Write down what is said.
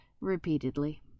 Repeatedly